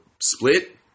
split